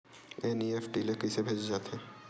NEFT ले कइसे भेजे जाथे?